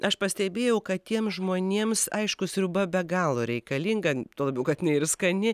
aš pastebėjau kad tiems žmonėms aišku sriuba be galo reikalinga tuo labiau kad ir skani